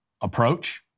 approach